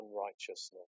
unrighteousness